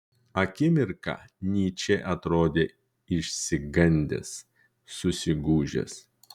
akimirką nyčė atrodė išsigandęs susigūžęs